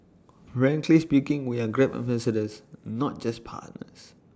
frankly speaking we are grab ambassadors not just partners